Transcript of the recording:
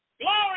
glory